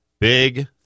big